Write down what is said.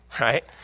right